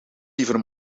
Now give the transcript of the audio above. liever